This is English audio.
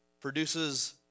produces